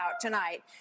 tonight